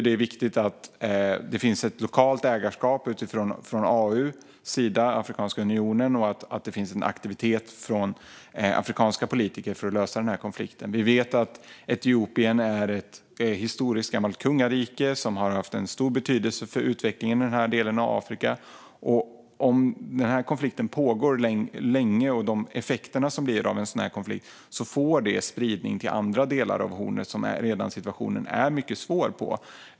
Det är viktigt att det finns ett lokalt ägarskap genom Afrikanska unionen, AU, och att det finns en aktivitet hos afrikanska politiker för att lösa konflikten. Etiopien är ett historiskt gammalt kungarike som har haft stor betydelse för utvecklingen i den här delen av Afrika. Om konflikten pågår länge får det genom de effekter som uppstår vid en sådan konflikt spridning i andra delar av Afrikas horn där situationen redan är mycket svår.